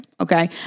Okay